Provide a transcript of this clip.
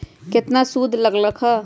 केतना सूद लग लक ह?